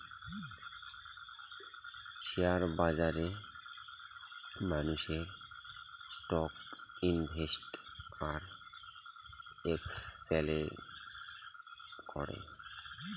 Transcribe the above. share বাজারে মানুষেরা stock invest আর এক্সচেঞ্জ করে